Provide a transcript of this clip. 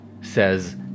says